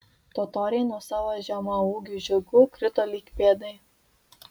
totoriai nuo savo žemaūgių žirgų krito lyg pėdai